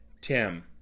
Tim